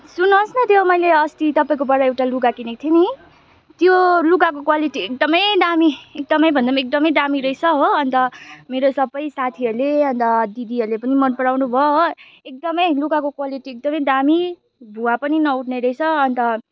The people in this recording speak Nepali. सुन्नुहोस् न त्यो मैले अस्ति तपाईँकोबाट एउटा लुगा किनेको थिएँ नि त्यो लुगाको क्वालिटी एकदमै दामी एकदमै भन्दा पनि एकदमै दामी रहेछ हो अन्त मेरो सबै साथीहरूले अन्त दिदीहरूले पनि मनपराउनु भयो हो एकदमै लुगाको क्वालिटी एकदमै दामी भुवा पनि नउठ्ने रहेछ अन्त